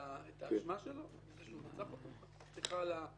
אני מדבר על מה שאנחנו כן